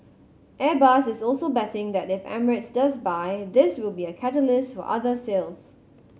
Airbus is also betting that if Emirates does buy this will be a catalyst for other sales